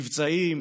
מבצעים,